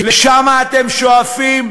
לשם אתם שואפים?